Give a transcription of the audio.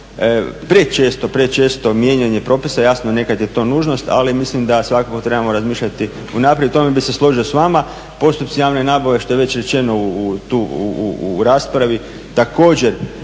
prečesto, prečesto mijenjanje propisa, jasno nekada je to nužnost ali mislim da svakako trebamo razmišljati unaprijed i u tome bih se složio s vama. Postupci javne nabave što je već rečeno u raspravi također